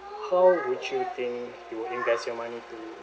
how would you think you'd invest your money to